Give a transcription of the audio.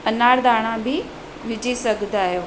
अनारदाणा बि विझी सघंदा आहियो